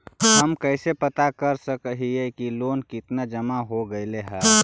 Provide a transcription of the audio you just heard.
हम कैसे पता कर सक हिय की लोन कितना जमा हो गइले हैं?